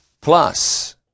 plus